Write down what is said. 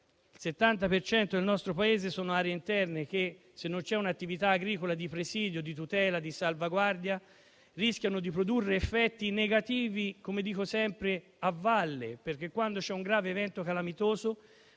cento del nostro Paese sono aree interne che, senza un'attività agricola di presidio, di tutela e di salvaguardia, rischiano di produrre effetti negativi, come dico sempre, a valle. Quando infatti si verifica un grave evento calamitoso,